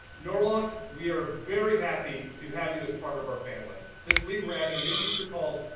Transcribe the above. norwalk, we are very happy to have you as part of our family. this week, we're adding a new feature called,